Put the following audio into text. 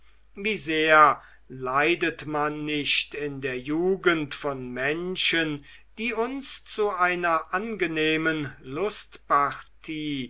wie sehr leidet man nicht in der jugend von menschen die uns zu einer angenehmen